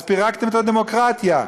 אז פירקתם את הדמוקרטיה.